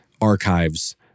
archives